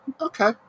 okay